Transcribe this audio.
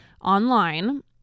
online